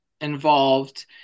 involved